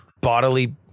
bodily